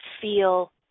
feel